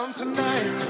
tonight